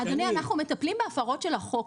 אדוני, אנחנו מטפלים בהפרות של החוק.